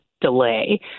delay